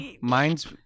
mine's